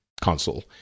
console